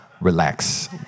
Relax